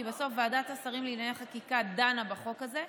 כי בסוף ועדת השרים לענייני חקיקה דנה בחוק הזה.